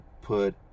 put